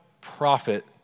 prophet